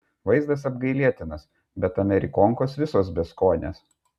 vaizdas apgailėtinas bet amerikonkos visos beskonės